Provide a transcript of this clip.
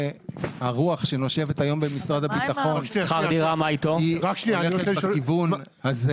והרוח שנושבת היום במשרד הביטחון היא הולכת בכיוון הזה.